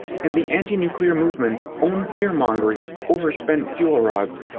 and the anti-nuclear movement's own fear-mongering over spent fuel rods.